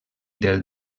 del